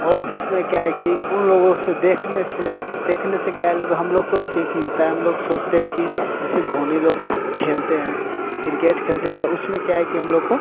और इसमें क्या है कि उन लोगों से देखने से देखने से क्या है लोग हम लोग को सीख मिलता है हम लोग सोचते हैं कि जैसे धोनी लोग खेलते हैं क्रिकेट खेलते तो उसमें क्या है कि हम लोग को